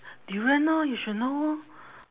durian lor you should know